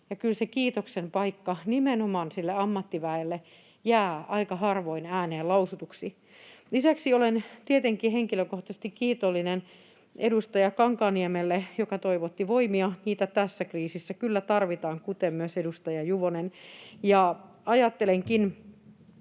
kiitoksen paikka nimenomaan sille ammattiväelle tulee aika harvoin ääneen lausutuksi. Lisäksi olen tietenkin henkilökohtaisesti kiitollinen edustaja Kankaanniemelle, joka toivotti voimia — niitä tässä kriisissä kyllä tarvitaan — kuten myös edustaja Juvonen, ja